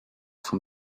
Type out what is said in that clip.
from